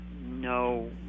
no